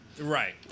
Right